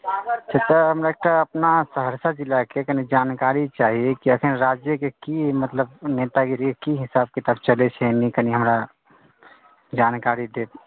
चाचा हमरा एकटा अपना सहरसा जिलाके कनी जानकारी चाही कि एखन की मतलब नेतागिरी की हिसाब किताब चलैत छै एहिमे कनी हमरा जानकारी देब